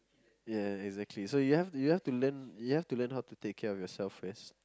ya exactly so you have you have to learn you have to learn how to take care of yourself first